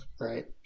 right